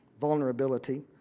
vulnerability